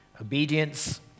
Obedience